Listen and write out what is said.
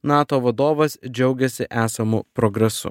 nato vadovas džiaugiasi esamu progresu